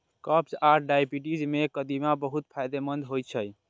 कब्ज आ डायबिटीज मे कदीमा बहुत फायदेमंद होइ छै